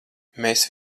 mēs